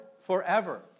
forever